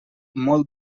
molt